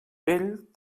vell